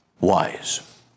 wise